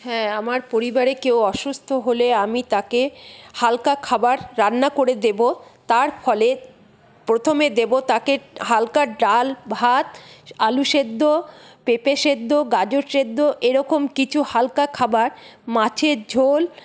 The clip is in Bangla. হ্যাঁ আমার পরিবারে কেউ অসুস্থ হলে আমি তাকে হালকা খাবার রান্না করে দেব তার ফলে প্রথমে দেব তাকে হালকা ডাল ভাত আলু সেদ্ধ পেঁপে সেদ্ধ গাজর সেদ্ধ এরকম কিছু হালকা খাবার মাছের ঝোল